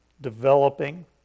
developing